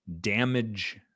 damage